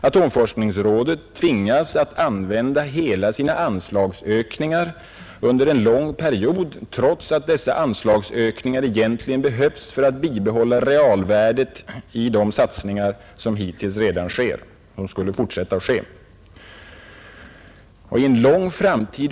Atomforskningsrådet tvingas att för detta ändamål använda hela sin anslagsökning under en lång period trots att dessa anslagsökningar egentligen behövs för att bibehålla realvärdet i de satsningar som redan skett och som skulle fortsätta att ske.